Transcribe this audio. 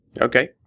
Okay